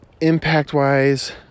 impact-wise